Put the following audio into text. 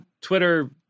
Twitter